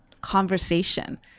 conversation